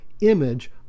image